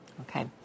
Okay